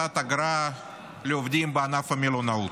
הפחתת אגרה לעובדים בענף המלונאות).